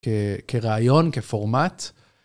כרעיון, כפורמט.